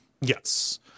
Yes